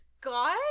god